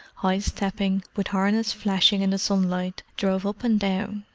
high-stepping, with harness flashing in the sunlight, drove up and down.